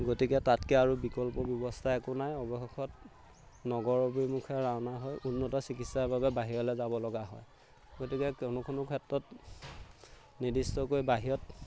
গতিকে তাতকে আৰু বিকল্প ব্যৱস্থা একো নাই অৱশেষত নগৰ অভিমুখে ৰাওনা হৈ উন্নত চিকিৎসাৰ বাবে বাহিৰলে যাব লগা হয় গতিকে কোনো কোনো ক্ষেত্ৰত নিৰ্দিষ্টকৈ বাহিৰত